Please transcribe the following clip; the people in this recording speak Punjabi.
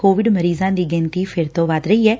ਕੋਵਿਡ ਮਰੀਜ਼ਾਂ ਦੀ ਗਿਣਤੀ ਫਿਰ ਤੋ ੱਵੱਧ ਰਹੀ ਐ